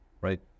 right